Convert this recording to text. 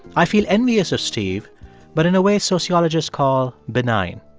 i feel envious of steve but in a way sociologists call benign.